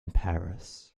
paris